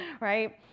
right